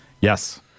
yes